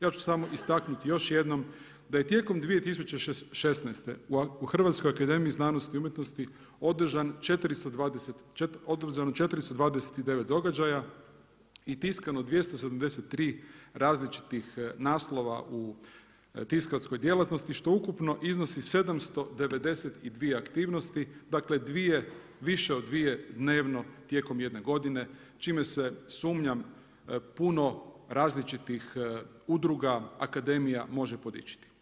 Ja ću samo istaknuti još jednom da je tijekom 2016. u Hrvatskoj akademiji znanosti i umjetnosti održano 429 događaja i tiskano 273 različitih naslova u tiskarskoj djelatnosti što ukupno iznosi 792 aktivnosti, dakle više od dvije dnevno tijekom jedne godine čime se sumnjam puno različitih udruga, akademija može podičiti.